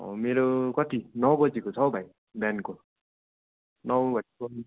अँ मेरो कति नौ बजेको छ हो भाइ बिहानको नौ बजेको